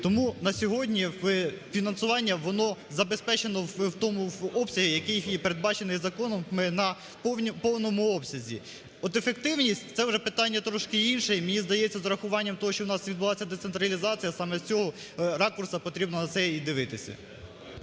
Тому на сьогодні фінансування воно забезпечено в тому обсязі, який і передбачений законом, в повному обсязі. От ефективність – це вже питання трошки інше, і мені здається, з урахуванням того, що у нас відбувається децентралізація саме з цього ракурсу потрібно на це і дивитися.